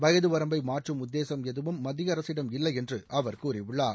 வயது வரம்பை மாற்றும் உத்தேசம் எதுவும் மத்திய அரசிடம் இல்லையென்று அவர் கூறியுள்ளார்